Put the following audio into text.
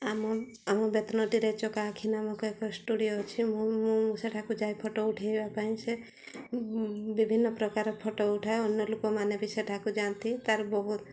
ଆମ ଆମ ବେତନଟିରେ ଚକାଆଖି ନାମକ ଏକ ଷ୍ଟୁଡ଼ିଓ ଅଛି ମୁଁ ମୁଁ ସେଠାକୁ ଯାଇ ଫଟୋ ଉଠାଇବା ପାଇଁ ସେ ବିଭିନ୍ନ ପ୍ରକାର ଫଟୋ ଉଠାଏ ଅନ୍ୟ ଲୋକମାନେ ବି ସେଠାକୁ ଯାଆନ୍ତି ତା'ର ବହୁତ